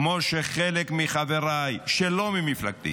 כמו שחלק מחבריי שלא ממפלגתי